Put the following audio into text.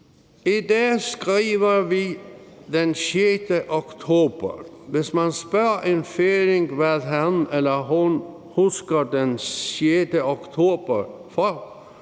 I dag skriver vi den 6. oktober. Hvis man spørger en færing, hvad han eller hun husker den 6. oktober